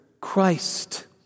Christ